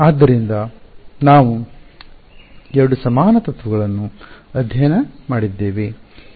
ಆದ್ದರಿಂದ ನಾವು ಎರಡು ಸಮಾನ ತತ್ವಗಳನ್ನು ಅಧ್ಯಯನ ಮಾಡಿದ್ದೇವೆ